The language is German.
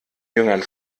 jüngern